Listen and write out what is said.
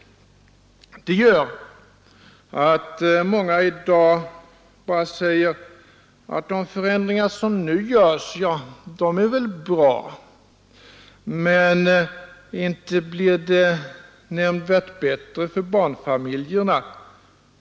Det gör att många i dag bara säger att de förändringar som nu genomförs visserligen är bra, men inte blir det nämnvärt bättre för barnfamiljerna.